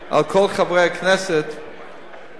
אבל כל חברי הכנסת שחתומים,